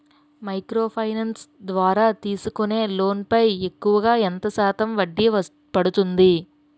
Micro finance ద్వారా తీసుకునే loan పై ఎక్కువుగా ఎంత శాతం వడ్డీ పడుతుంది?